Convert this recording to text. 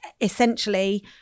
Essentially